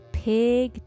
pig